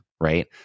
right